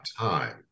time